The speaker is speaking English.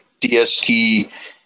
DST